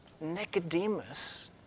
Nicodemus